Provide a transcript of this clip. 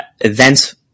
events